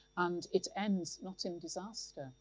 and it ends, not in disaster,